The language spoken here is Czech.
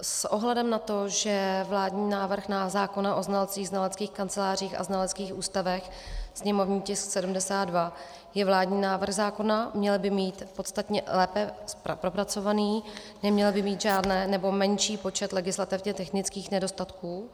S ohledem na to, že vládní návrh zákona o znalcích, znaleckých kancelářích a znaleckých ústavech, sněmovní tisk 72, je vládní návrh zákona, měl by být podstatně lépe propracovaný, neměl by mít žádné nebo menší počet legislativně technických nedostatků.